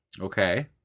Okay